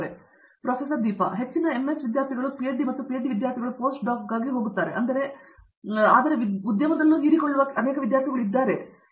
professor Deepa Venkatesh ಹೆಚ್ಚಿನ MS ವಿದ್ಯಾರ್ಥಿಗಳು PhD ಮತ್ತು ಪಿಹೆಚ್ಡಿ ವಿದ್ಯಾರ್ಥಿಗಳು ಪೋಸ್ಟ್ ಡಾಕ್ಗಾಗಿ ಹೋಗುತ್ತಾರೆ ಆದರೆ ಉದ್ಯಮದಲ್ಲಿ ಹೀರಿಕೊಳ್ಳುವ ಅನೇಕ ವಿದ್ಯಾರ್ಥಿಗಳು ಇದ್ದಾರೆ ಎಂದು ಹೇಳಿದ್ದಾರೆ